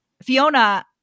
Fiona